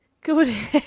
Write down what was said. Good